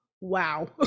Wow